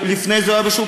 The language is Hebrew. לפני זה הוא היה בשוק